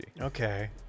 Okay